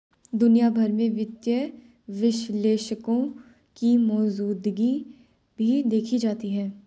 दुनिया भर में वित्तीय विश्लेषकों की मौजूदगी भी देखी जाती है